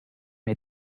mir